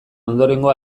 ondorengo